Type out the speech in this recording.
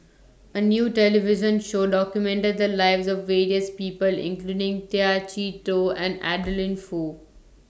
A New television Show documented The Lives of various People including Tay Chee Toh and Adeline Foo